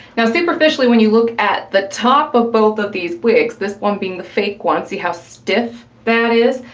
now superficially, when you look at the top of both of these wigs, this one being the fake one, see how stiff that is?